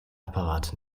apparat